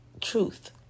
truth